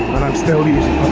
i'm still using